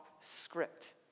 script